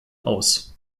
aus